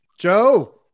Joe